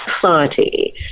society